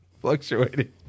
fluctuating